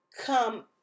come